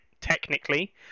Technically